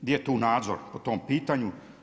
Gdje je tu nadzor po tom pitanju?